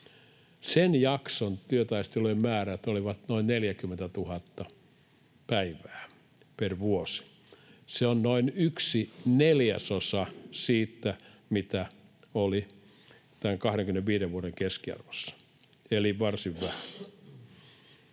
Sen jakson työtaistelujen määrät olivat noin 40 000 päivää per vuosi. Se on noin yksi neljäsosa siitä, mikä oli tämän 25 vuoden keskiarvo, eli varsin vähän.